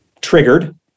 triggered